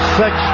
six